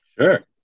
Sure